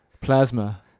plasma